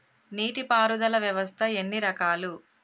నీటి పారుదల వ్యవస్థ ఎన్ని రకాలు?